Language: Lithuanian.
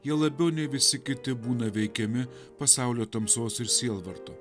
jie labiau nei visi kiti būna veikiami pasaulio tamsos ir sielvarto